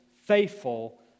faithful